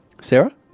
Sarah